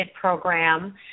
program